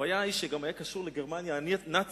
הוא היה האיש שגם היה קשור לגרמניה הנאצית,